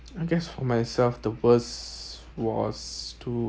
I guess for myself the worst was to